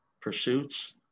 pursuits